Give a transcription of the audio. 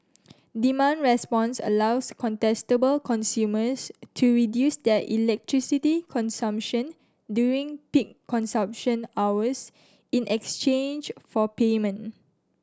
demand response allows contestable consumers to reduce their electricity consumption during peak consumption hours in exchange for payment